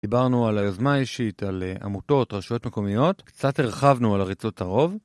דיברנו על היזמה אישית, על עמותות, רשויות מקומיות, קצת הרחבנו על עריצות הרוב.